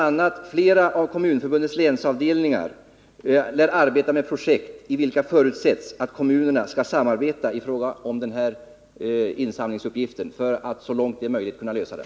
a. lär flera av Kommunförbundets länsavdelningar arbeta med projekt i vilka förutsätts att kommunerna skall samarbeta i fråga om denna insamlingsuppgift för att så långt det är möjligt kunna lösa den.